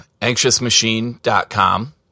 AnxiousMachine.com